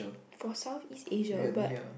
for South East Asia but